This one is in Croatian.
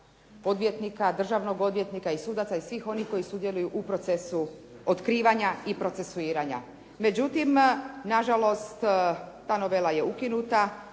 državnog odvjetnika i sudaca i svih onih koji sudjeluju u procesu otkrivanja i procesuiranja. Međutim, na žalost ta novela je ukinuta.